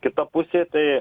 kita pusė tai